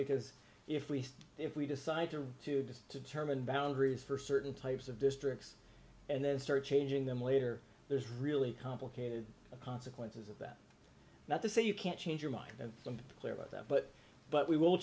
because if we if we decide to to just to determine boundaries for certain types of districts and then start changing them later there's really complicated consequences of that not to say you can't change your mind and i'm clear about that but but we will